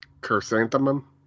Chrysanthemum